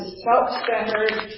self-centered